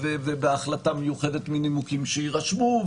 ובהחלטה מיוחדת מנימוקים שיירשמו,